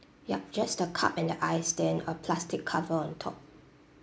yup just the cup and the ice then a plastic cover on top